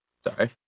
Sorry